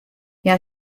hja